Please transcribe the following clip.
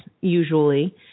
usually